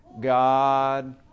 God